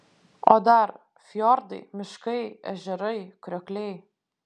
o dar fjordai miškai ežerai kriokliai